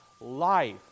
life